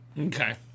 Okay